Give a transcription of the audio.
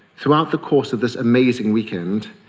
throughout the course of this amazing weekend,